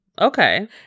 okay